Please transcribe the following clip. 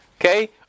Okay